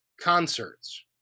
concerts